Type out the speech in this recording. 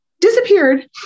Disappeared